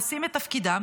עושים את תפקידם,